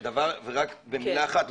רק במילה אחד,